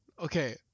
Okay